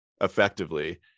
effectively